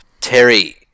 Terry